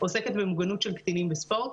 עוסקת במוגנות של קטנים בספורט